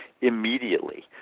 immediately